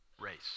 race